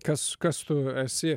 kas kas tu esi